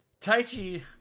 Taichi